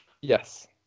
Yes